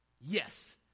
Yes